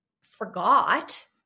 forgot